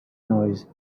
noise